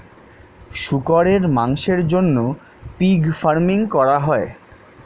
শুকরের মাংসের জন্য পিগ ফার্মিং করা হয়